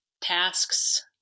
tasks